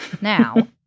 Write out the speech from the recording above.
now